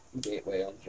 Gateway